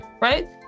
right